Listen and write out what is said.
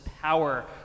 power